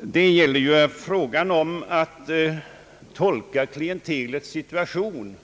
Det gäller ju här att bedöma klientelets situation.